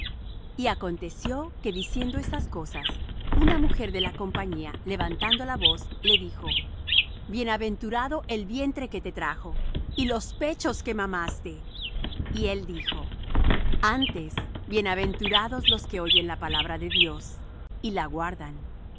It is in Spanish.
y aconteció que diciendo estas cosas una mujer de la compañía levantando la voz le dijo bienaventurado el vientre que te trajo y los pechos que mamaste y él dijo antes bienaventurados los que oyen la palabra de dios y la guardan